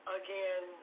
again